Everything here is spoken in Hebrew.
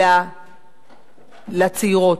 אלא לצעירות,